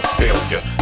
failure